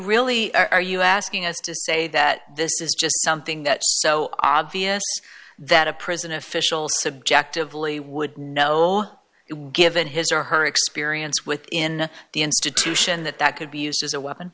really are you asking us to say that this is just something that so obvious that a prison official subjectively would know it would given his or her experience within the institution that that could be used as a weapon